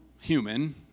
human